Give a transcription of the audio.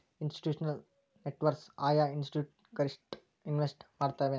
Institutional investors ಆಯಾ institute ಗಷ್ಟ invest ಮಾಡ್ತಾವೆನ್?